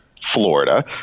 Florida